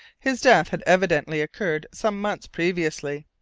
his death had evidently occurred some months previously,